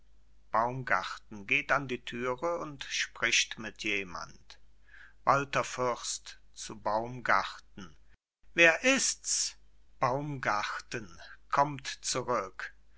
baumgarten geht an die türe und spricht mit jemand walther fürst zu baumgarten wer ist's baumgarten kommt zurück